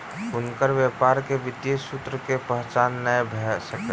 हुनकर व्यापारक वित्तीय सूत्रक पहचान नै भ सकल